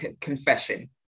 confession